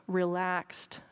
relaxed